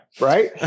right